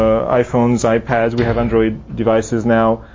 iphones, ipads, we have android devices now.